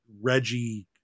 Reggie